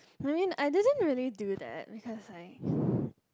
I mean I didn't really do that because I